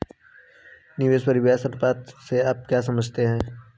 निवेश परिव्यास अनुपात से आप क्या समझते हैं?